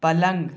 पलंग